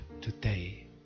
today